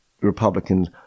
Republicans